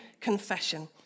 confession